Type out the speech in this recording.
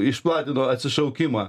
išplatino atsišaukimą